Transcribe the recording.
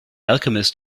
alchemist